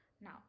Now